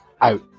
out